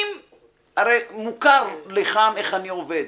הרי מוכר לכם כאן איך אני עובד.